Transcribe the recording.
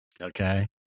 Okay